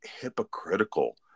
hypocritical